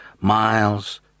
Miles